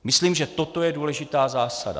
Myslím, že toto je důležitá zásada.